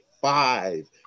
five